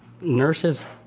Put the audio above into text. nurses